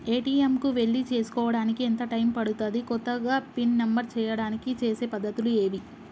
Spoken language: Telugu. ఏ.టి.ఎమ్ కు వెళ్లి చేసుకోవడానికి ఎంత టైం పడుతది? కొత్తగా పిన్ నంబర్ చేయడానికి చేసే పద్ధతులు ఏవి?